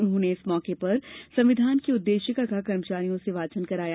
उन्होंने इस मौके पर संविधान की उद्देशिका का कर्मचारियों से वाचन कराया